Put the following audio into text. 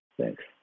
thanks